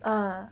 ah